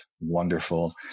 wonderful